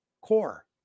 core